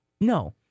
No